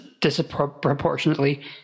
disproportionately